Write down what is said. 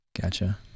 Gotcha